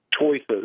choices